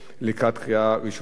לקראת קריאה ראשונה.